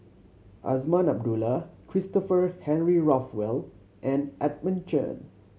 Azman Abdullah Christopher Henry Rothwell and Edmund Chen